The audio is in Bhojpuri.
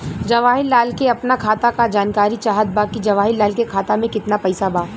जवाहिर लाल के अपना खाता का जानकारी चाहत बा की जवाहिर लाल के खाता में कितना पैसा बा?